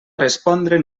respondre